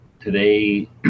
today